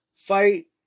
fight